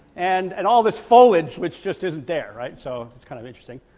and and all this foliage which just isn't there, right, so it's kind of interesting.